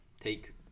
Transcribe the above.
take